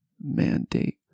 mandate